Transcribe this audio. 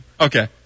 Okay